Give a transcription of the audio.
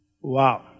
Wow